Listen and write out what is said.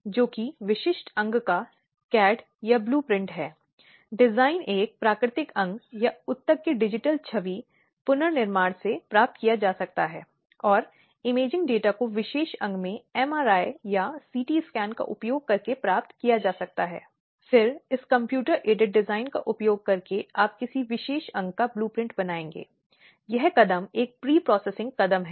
यहां इस तरह के आचरण से आत्महत्या करने के लिए प्रेरित करने की संभावना होती है या जो गंभीर चोट का कारण बनता है या महिलाओं के जीवन अवसन्नता या स्वास्थ्य के लिए खतरा पैदा करता है